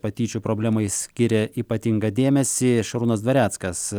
patyčių problemai skiria ypatingą dėmesį šarūnas dvareckas